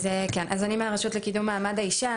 אני מהרשות לקידום מעמד האישה.